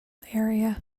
area